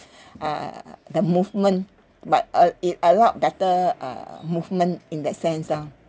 uh the movement but uh it allowed better uh movement in that sense ah